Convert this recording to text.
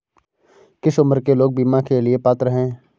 किस उम्र के लोग बीमा के लिए पात्र हैं?